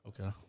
Okay